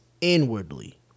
inwardly